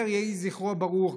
אומר: יהי זכרו ברוך.